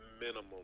minimum